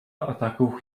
ataku